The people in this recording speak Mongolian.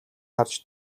харж